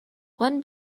one